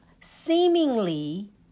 seemingly